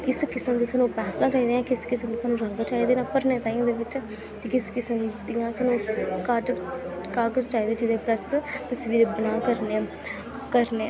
किस किसम दी सानूं पैंसलां चाहिदियां किस दे सानूं रंग चाहिदे न भरने ताईं ओह्दे बिच्च ते किस किसम दियां सानूं काजज कागज चाहिदे जेह्दे उप्पर अस तसवीर बनाऽ करने आं